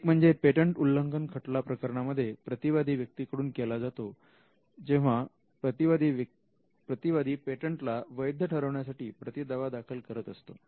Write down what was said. एक म्हणजे पेटंट उल्लंघन खटला प्रकरणांमध्ये प्रतिवादी व्यक्तीकडून केला जातो जेव्हा प्रतिवादी पेटंटला वैध ठरवण्यासाठी प्रतिदावा दाखल करत असतो